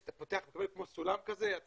אתה רואה משהו כמו סולם, מלא את